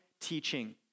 teaching